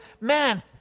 man